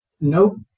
no